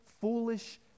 foolish